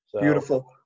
Beautiful